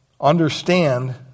understand